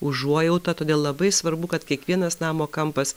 užuojautą todėl labai svarbu kad kiekvienas namo kampas